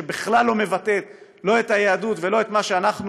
שבכלל לא מבטאת לא את היהדות ולא את מה שאנחנו